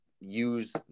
use